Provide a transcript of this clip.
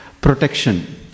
protection